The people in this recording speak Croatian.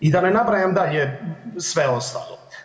I da ne nabrajam dalje sve ostalo.